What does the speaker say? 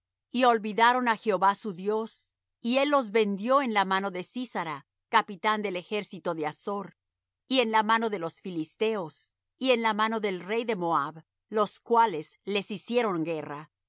y olvidaron á jehová su dios y él los vendió en la mano de sísara capitán del ejército de asor y en la mano de los filisteos y en la mano del rey de moab los cuales les hicieron guerra y